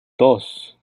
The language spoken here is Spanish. dos